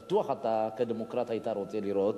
אני מניח שבטוח שאתה, כדמוקרט, היית רוצה לראות